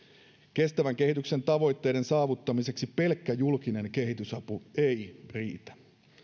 kestävän kehityksen tavoitteiden saavuttamiseksi pelkkä julkinen kehitysapu ei riitä